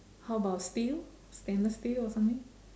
how about steel stainless steel or something